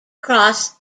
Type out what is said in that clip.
cross